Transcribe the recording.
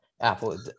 Apple